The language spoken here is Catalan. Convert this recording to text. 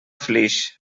flix